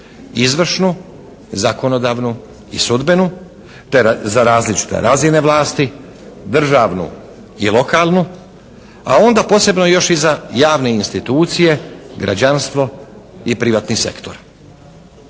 izvršnu, zakonodavnu i sudbenu te za različite razine vlasti, državnu i lokalnu, a onda posebno još i za javne institucije, građanstvo i privatni sektor.